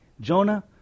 Jonah